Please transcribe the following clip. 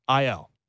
IL